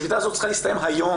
השביתה הזאת צריכה להסתיים היום,